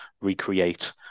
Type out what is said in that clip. recreate